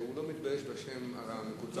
אובמה לא מתבייש בשם שלו.